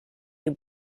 you